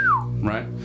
right